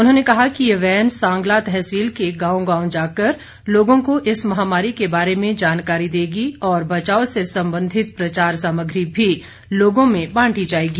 उन्होंने कहा कि ये वैन सांगला तहसील के गांव गांव जाकर लोगों को इस महामारी के बारे में जानकारी देगी और बचाव से संबंधित प्रचार सामग्री भी लोगों में बांटी जाएगी